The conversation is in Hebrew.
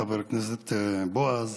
חבר הכנסת בועז,